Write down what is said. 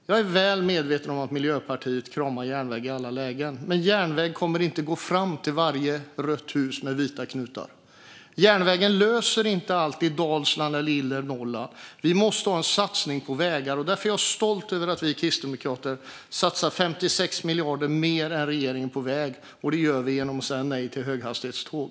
Jag är väl medveten om att Miljöpartiet kramar järnväg i alla lägen, men järnvägen kommer inte att gå fram till varje rött hus med vita knutar. Järnvägen löser det inte alltid för Dalsland eller inre Norrland. Vi måste ha en satsning på vägar, och därför är jag stolt över att vi kristdemokrater satsar 56 miljarder mer än regeringen på vägar. Detta gör vi genom att säga nej till höghastighetståg.